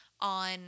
On